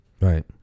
Right